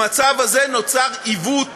במצב הזה נוצר עיוות